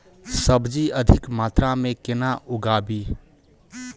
सब्जी अधिक मात्रा मे केना उगाबी?